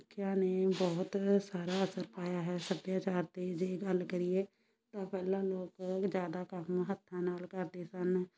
ਸਿੱਖਿਆ ਨੇ ਬਹੁਤ ਸਾਰਾ ਅਸਰ ਪਾਇਆ ਹੈ ਸੱਭਿਆਚਾਰ 'ਤੇ ਜੇ ਗੱਲ ਕਰੀਏ ਤਾਂ ਪਹਿਲਾਂ ਲੋਕ ਜ਼ਿਆਦਾ ਕੰਮ ਹੱਥਾਂ ਨਾਲ ਕਰਦੇ ਸਨ